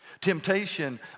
Temptation